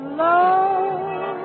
love